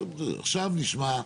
עכשיו נשמע,